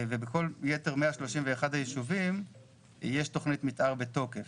ובכל יתר 131 הישובים יש תכנית מתאר בתוקף.